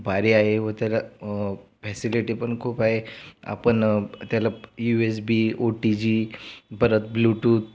भारी आहे व त्याला फॅसिलिटी पण खूप आहे आपण त्याला U S B O T G परत ब्लुटूथ